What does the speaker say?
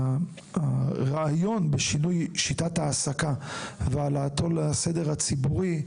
הרעיון בשינוי שיטת ההעסקה והעלאתו לסדר הציבורי,